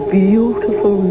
beautiful